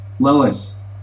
Lois